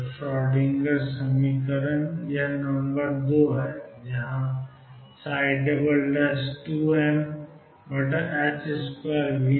तो श्रोडिंगर समीकरण से नंबर 2 2m2V0 E